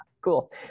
Cool